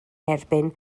erbyn